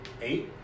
eight